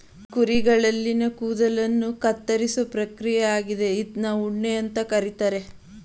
ಕುರಿಗಳಲ್ಲಿನ ಕೂದಲುಗಳನ್ನ ಕತ್ತರಿಸೋ ಪ್ರಕ್ರಿಯೆ ಆಗಿದೆ ಇದ್ನ ಉಣ್ಣೆ ಅಂತ ಕರೀತಾರೆ